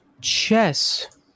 chess